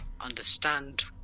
understand